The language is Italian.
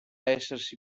essersi